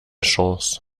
chance